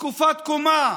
זקופת קומה,